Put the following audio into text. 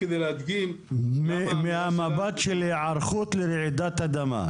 כדי להדגים --- מהמבט של היערכות לרעידת אדמה,